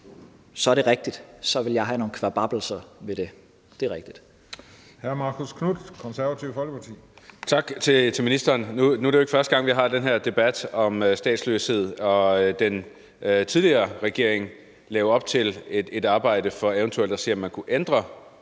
så er det rigtigt, at jeg vil have nogle kvababbelser ved det. Det er rigtigt.